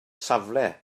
safle